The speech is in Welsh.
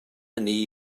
hynny